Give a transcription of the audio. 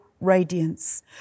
radiance